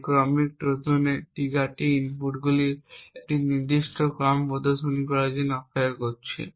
এই ক্রমিক ট্রোজানে ট্রিগারটি ইনপুটগুলির একটি নির্দিষ্ট ক্রম প্রদর্শিত হওয়ার জন্য অপেক্ষা করছে